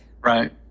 right